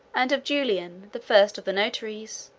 and of julian, the first of the notaries,